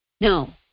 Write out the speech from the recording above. No